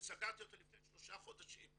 שסגרתי בכרמיאל לפני שלושה חודשים.